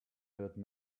heard